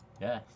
Yes